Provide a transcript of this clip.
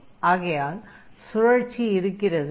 ஆகையால் சுழற்சி இருக்கிறது